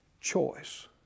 choice